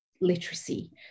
literacy